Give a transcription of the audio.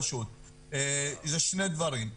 זה שני דברים.